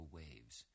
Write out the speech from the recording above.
waves